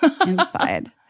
inside